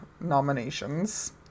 nominations